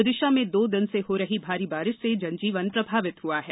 विदिशा में दो दिन से हो रही भारी बारिश से जनजीवन प्रभावित हुआ है